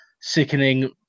sickening